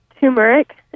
turmeric